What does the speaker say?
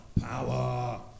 power